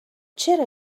چرا